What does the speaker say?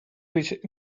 which